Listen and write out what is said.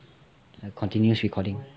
like continuous recording